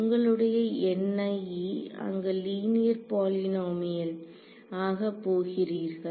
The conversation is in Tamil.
உங்களுடைய அங்கு லீனியர் பாலினமியல் ஆக போகிறீர்கள்